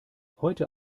heute